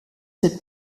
cette